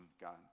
God